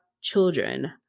children